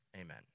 Amen